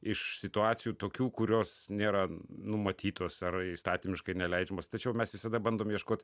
iš situacijų tokių kurios nėra numatytos ar įstatymiškai neleidžiamos tačiau mes visada bandom ieškot